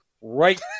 Right